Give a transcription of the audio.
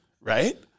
Right